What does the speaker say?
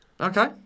Okay